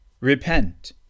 Repent